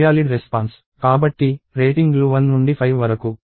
కాబట్టి రేటింగ్లు 1 నుండి 5 వరకు ఇంటీజర్స్ గా ఉండాలని మేము చెప్పాము